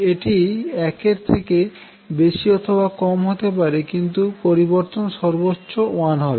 এটি 1 এর থেকে বেশি অথবা কম হতে পারে কিন্তু পরিবর্তন সর্বচ্চো 1হবে